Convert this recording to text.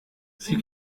sie